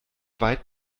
weit